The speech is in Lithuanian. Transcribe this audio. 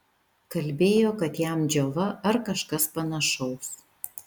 kalbėjo kad jam džiova ar kažkas panašaus